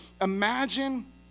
imagine